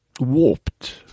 warped